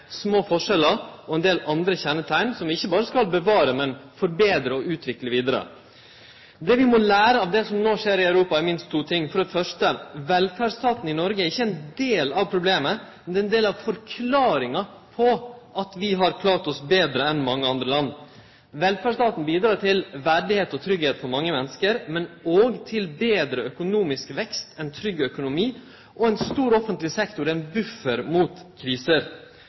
små forskjellar, og ein del andre kjenneteikn, som vi ikkje berre skal bevare, men forbetre og utvikle vidare. Det vi må lære av det som no skjer i Europa, er minst to ting: For det første, velferdsstaten i Noreg er ikkje ein del av problemet, men det er ein del av forklaringa på at vi har klart oss betre enn mange andre land. Velferdsstaten bidreg til verdigheit og tryggleik for mange menneske, men òg til betre økonomisk vekst, ein trygg økonomi og ein stor offentleg sektor, ein buffer mot